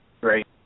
great